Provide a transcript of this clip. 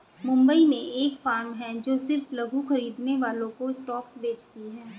मुंबई में एक फार्म है जो सिर्फ लघु खरीदने वालों को स्टॉक्स बेचती है